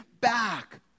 back